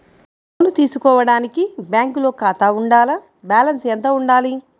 లోను తీసుకోవడానికి బ్యాంకులో ఖాతా ఉండాల? బాలన్స్ ఎంత వుండాలి?